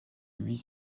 huit